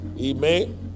amen